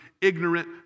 ignorant